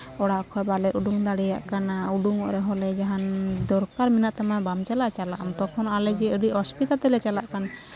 ᱚᱲᱟᱜ ᱠᱷᱚᱱ ᱵᱟᱞᱮ ᱚᱰᱳᱝ ᱫᱟᱲᱮᱭᱟᱜ ᱠᱟᱱᱟ ᱚᱰᱳᱝᱼᱚᱜ ᱨᱮ ᱦᱚᱸ ᱞᱮ ᱡᱟᱦᱟᱱ ᱫᱚᱨᱠᱟᱨ ᱢᱮᱱᱟᱜ ᱛᱟᱢᱟ ᱵᱟᱢ ᱪᱟᱞᱟᱜᱼᱟ ᱪᱟᱞᱟᱜᱼᱟ ᱛᱚᱠᱷᱚᱱ ᱡᱮ ᱟᱞᱮ ᱟᱹᱰᱤ ᱚᱥᱵᱤᱛᱟ ᱛᱮᱞᱮ ᱪᱟᱞᱟᱜ ᱠᱟᱱᱟ